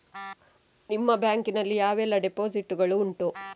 ನಿಮ್ಮ ಬ್ಯಾಂಕ್ ನಲ್ಲಿ ಯಾವೆಲ್ಲ ಡೆಪೋಸಿಟ್ ಗಳು ಉಂಟು?